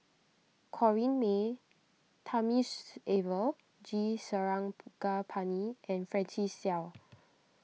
Corrinne May Thamizhavel G Sarangapani and Francis Seow